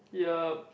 yup